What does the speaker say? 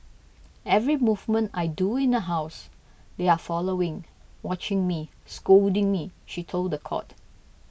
every movement I do in the house they are following watching me scolding me she told the court